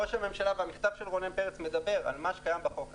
ראש הממשלה והמכתב של רונן פרץ מדבר על מה שקיים בחוק.